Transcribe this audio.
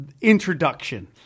introduction